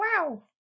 Wow